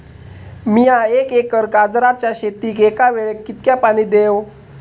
मीया एक एकर गाजराच्या शेतीक एका वेळेक कितक्या पाणी देव?